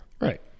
Right